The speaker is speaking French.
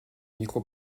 micro